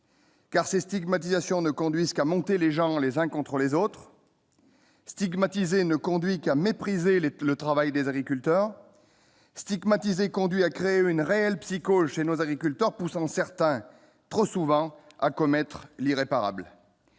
car ces stigmatisations ne conduisent qu'à monter les gens les uns contre les autres stigmatiser ne conduit qu'à mépriser les le travail des agriculteurs stigmatiser conduit à créer une réelle psychose chez nos agriculteurs, poussant certains trop souvent à commettre l'irréparable.